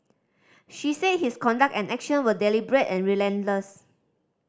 she said his conduct and action were deliberate and relentless